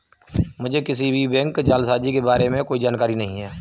मुझें किसी भी बैंक जालसाजी के बारें में कोई जानकारी नहीं है